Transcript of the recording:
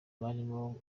barimo